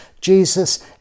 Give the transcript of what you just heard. Jesus